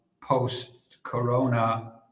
post-corona